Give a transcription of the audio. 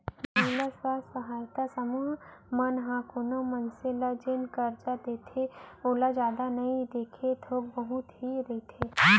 महिला स्व सहायता समूह मन ह कोनो मनसे ल जेन करजा देथे ओहा जादा नइ देके थोक बहुत ही रहिथे